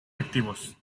activos